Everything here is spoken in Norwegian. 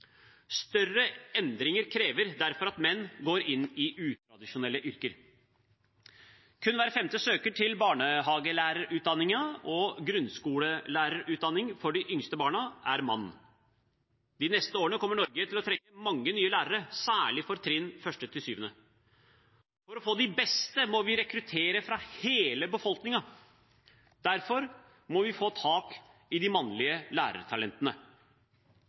Større endringer krever derfor at menn går inn i utradisjonelle yrker. Kun hver femte søker til barnehagelærerutdanningen og grunnskolelærerutdanning for de yngste barna, er mann. De neste årene kommer Norge til å trenge mange nye lærere, særlig for 1.–7. trinn. For å få de beste må vi rekruttere fra hele befolkningen. Derfor må vi få tak i de mannlige lærertalentene.